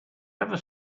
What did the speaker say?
ever